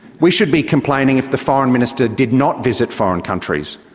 we should be complaining if the foreign minister did not visit foreign countries.